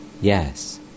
Yes